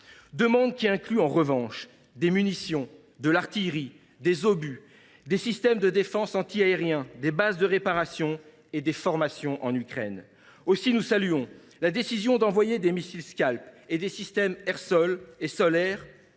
demande l’Ukraine, ce sont des munitions, de l’artillerie, des obus, des systèmes de défense antiaériens, des bases de réparation et des formations en Ukraine. Aussi saluons nous la décision d’envoyer des missiles Scalp et des systèmes air sol et sol air.